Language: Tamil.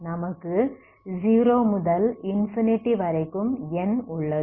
நமக்கு 0 முதல் இன்ஃபினிட்டி வரைக்கும் n உள்ளது